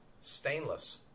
stainless